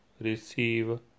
receive